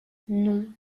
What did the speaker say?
non